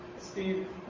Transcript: Steve